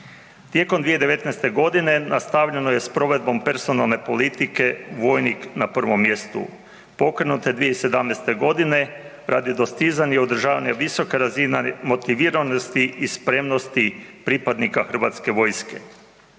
Tijekom 2019. g. nastavljeno je s provedbom personalne politike – vojnik na prvome mjestu, pokrenute 2017. g. radi dostizanja i održavanja visoke razine motiviranosti i spremnosti pripadnika HV-a. Ovo